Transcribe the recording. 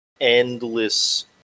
endless